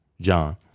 John